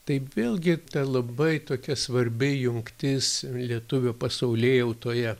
tai vėlgi labai tokia svarbi jungtis lietuvių pasaulėjautoje